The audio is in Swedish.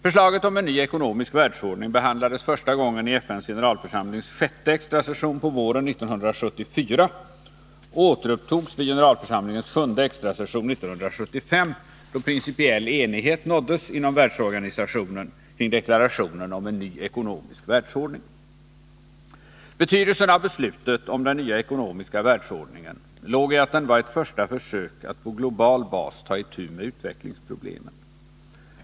Förslaget om en ny ekonomisk världsordning behandlades första gången i FN:s generalförsamlings sjätte extra session på våren 1974 och återupptogs vid generalförsamlingens sjunde extrassesion 1975, då principiell enighet nåddes inom värdsorganisationen kring deklarationen om en ny ekonomisk världsordning. Betydelsen av beslutet om den nya ekonomiska världsordningen låg i att den var ett första försök att på global bas ta itu med utvecklingsproblemen.